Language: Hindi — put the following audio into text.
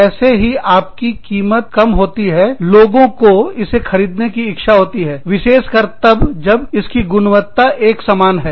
जैसे ही आप कीमत कम होती है लोगों को इसे खरीदने की इच्छा होती है विशेषकर तब जब इसकी गुणवत्ता एक समान है